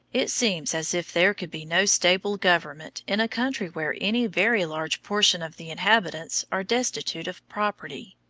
it seems as if there could be no stable government in a country where any very large portion of the inhabitants are destitute of property,